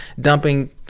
dumping